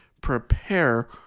prepare